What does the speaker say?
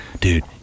dude